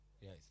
Yes